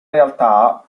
realtà